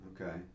Okay